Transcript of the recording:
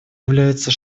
являются